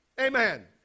Amen